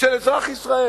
של אזרח ישראל?